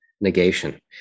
negation